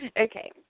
Okay